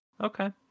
Okay